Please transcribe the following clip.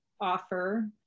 offer